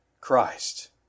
Christ